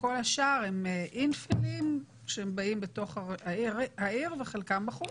כל השאר הם אינפילים שבאים בתוך העיר וחלקם בחוץ.